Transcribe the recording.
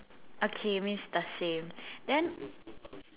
okay means the same then